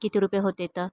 किती रुपये होते तर